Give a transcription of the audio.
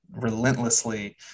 relentlessly